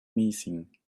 missing